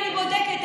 אני בודקת.